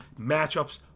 matchups